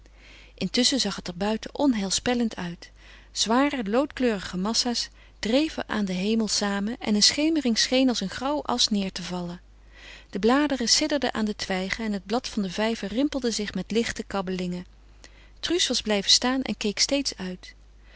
intusschen zag het er buiten onheilspellend uit zware loodkleurige massa's dreven aan den hemel samen en een schemering scheen als een grauwe asch neêr te vallen de bladeren sidderden aan de twijgen en het water van den vijver rimpelde zich met lichte kabbelingen truus was blijven staan en keek steeds uit